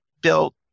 built